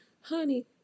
Honey